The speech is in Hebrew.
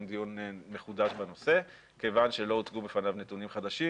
דיון מחודש בנושא כיוון שלא הוצגו בפניו נתונים חדשים.